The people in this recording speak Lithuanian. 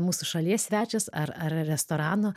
mūsų šalies svečias ar ar restorano